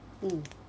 mm